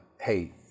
hey